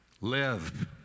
live